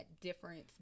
difference